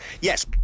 yes